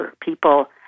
people